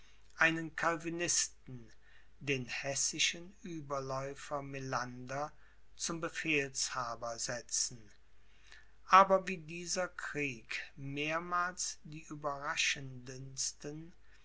einen calvinisten den hessischen ueberläufer melander zum befehlshaber setzen aber wie dieser krieg mehrmals die